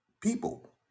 people